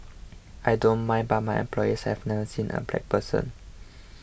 I don't mind but my employees have never seen a black person